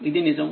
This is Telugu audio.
ఇది నిజం